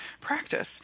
practice